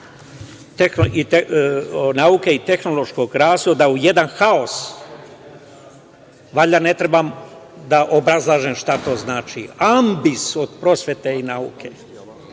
nauke i tehnološkog razvoja u jedan haos, valjda ne treba da obrazlažem šta to znači, ambis od prosvete i nauke.